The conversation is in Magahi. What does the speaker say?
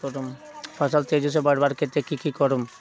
फल तेजी से बढ़वार केते की की करूम?